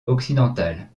occidentale